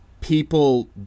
people